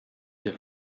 der